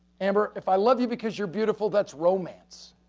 amber, if i love you because you're beautiful, that's romance.